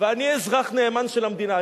ואני אזרח נאמן של המדינה.